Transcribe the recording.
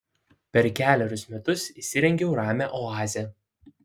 per kelerius metus įsirengiau ramią oazę